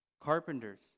Carpenters